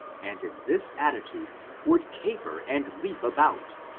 and in this attitude would caper and leap about,